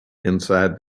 inside